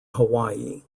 hawaii